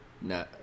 No